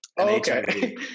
Okay